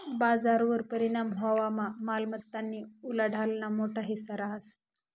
बजारवर परिणाम व्हवामा मालमत्तानी उलाढालना मोठा हिस्सा रहास